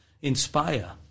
inspire